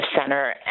center